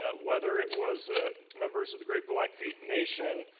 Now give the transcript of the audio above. ah whether it was ah members of the great black feet nation,